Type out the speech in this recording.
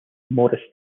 morris